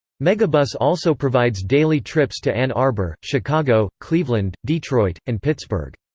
megabus also provides daily trips to ann arbor, chicago, cleveland, detroit, and pittsburgh.